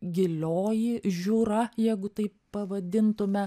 gilioji žiūra jeigu taip pavadintume